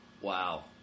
wow